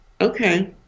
okay